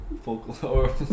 Folklore